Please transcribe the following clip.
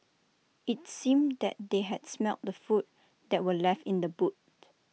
IT seemed that they had smelt the food that were left in the boot